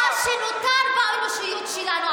זה מה שנותר באנושיות שלנו.